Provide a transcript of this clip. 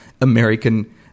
American